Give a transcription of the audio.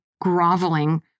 groveling